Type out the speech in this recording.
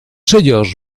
sellos